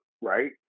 right